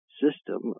system